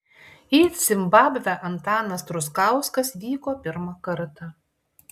į zimbabvę antanas truskauskas vyko pirmą kartą